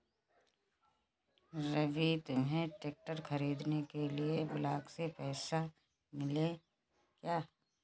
रवि तुम्हें ट्रैक्टर खरीदने के लिए ब्लॉक से पैसे मिले क्या?